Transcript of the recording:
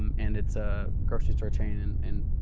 um and it's a grocery store chain in,